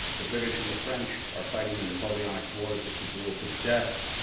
the british and the french are fighting the napoleonic wars, it's a duel to the death.